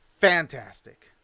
fantastic